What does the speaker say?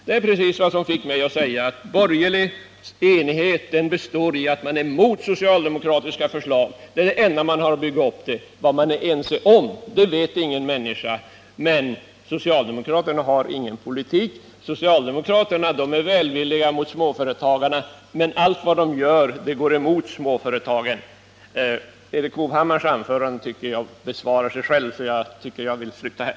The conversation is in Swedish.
Det är just detta som fick mig att säga att borgerlig enighet består i att man är emot socialdemokratiska förslag. Det är det enda man har att bygga kritiken på. Vad man är ense om, vet ingen. Socialdemokraterna har ingen politik, sägs det, och socialdemokraterna är välvilliga mot småföretagarna, men allt vad de gör går emot småföretagen. Erik Hovhammars anförande besvarar sig självt, så jag slutar här.